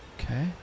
okay